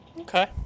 okay